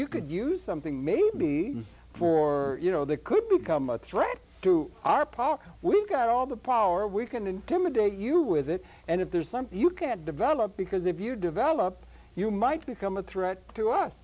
you could use something maybe for you know they could become a threat to our power we've got all the power we can intimidate you with it and if there's something you can't develop because if you develop you might become a threat to us